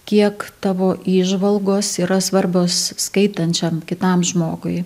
kiek tavo įžvalgos yra svarbios skaitančiam kitam žmogui